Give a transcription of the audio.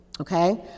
Okay